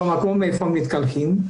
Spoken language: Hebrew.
במקום שבו מתקלחים,